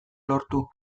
lortu